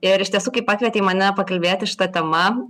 ir iš tiesų kai pakvietei mane pakalbėti šita tema